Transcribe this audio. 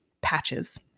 Patches